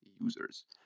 users